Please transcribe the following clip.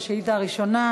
השאילתה הראשונה,